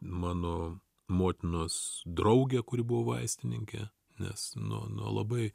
mano motinos draugė kuri buvo vaistininke nes nuo nuo labai